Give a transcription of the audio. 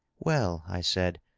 well i said,